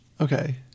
Okay